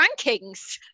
rankings